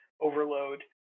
overload